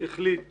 החליט